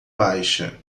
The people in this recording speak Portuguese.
baixa